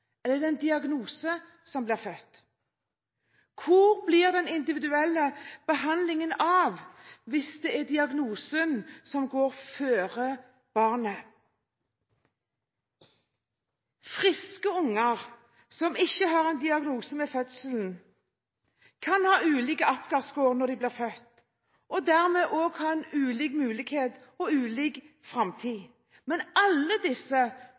eller er det en diagnose som blir født? Hvor blir den individuelle behandlingen av hvis det er diagnosen som går foran barnet? Friske unger som ikke har en diagnose ved fødselen, kan ha ulike apgarskår når de blir født, og dermed også ha ulik mulighet og ulik framtid. Men alle disse,